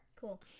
cool